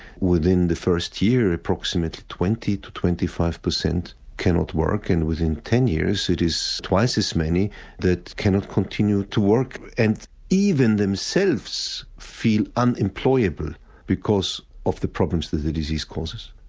within the first year approximately twenty percent to twenty five percent cannot work and within ten years it is twice as many that cannot continue to work. and even themselves feel unemployable because of the problems the the disease causes.